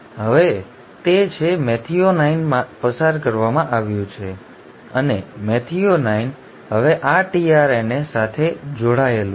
તેથી હવે તે છે મેથિઓનાઇન પસાર કરવામાં આવ્યું છે અને મેથિઓનાઇન હવે આ tRNA સાથે જોડાયેલું છે